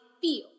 feel